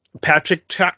Patrick